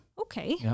okay